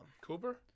Cooper